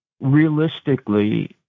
realistically